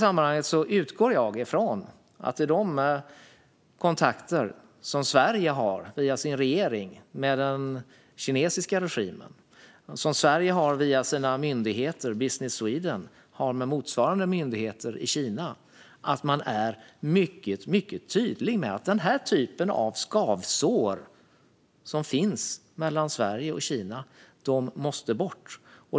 Jag utgår från att Sverige via regeringen i sina kontakter med den kinesiska regimen och via Business Sweden med motsvarande instans i Kina är mycket tydligt med att de skavsår som finns mellan Sverige och Kina måste bort.